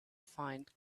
find